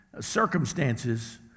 Circumstances